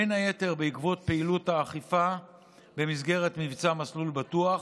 בין היתר בעקבות פעילות האכיפה במסגרת מבצע "מסלול בטוח"